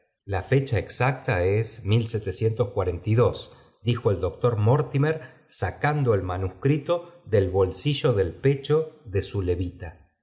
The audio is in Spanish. la fecha exacta es dijo el doctor mortimer sacando el manuscrito del bolsillo del pecho de su levita